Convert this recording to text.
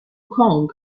kong